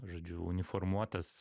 žodžiu uniformuotas